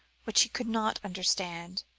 which he could not understand.